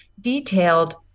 detailed